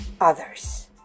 others